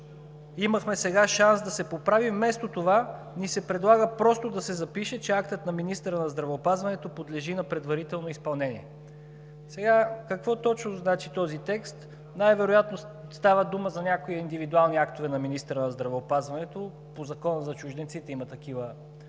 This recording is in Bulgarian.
Имахме сега шанс да се поправи, вместо това ни се предлага просто да се запише, че актът на министъра на здравеопазването подлежи на предварително изпълнение. Сега, какво точно значи този текст? Най-вероятно става дума за някои индивидуални актове на министъра на здравеопазването – по Закона за чужденците има такива